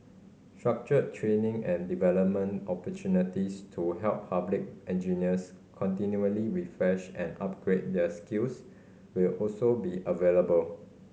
structured training and development opportunities to help public engineers continually refresh and upgrade their skills will also be available